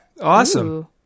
Awesome